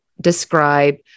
describe